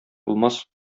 булмас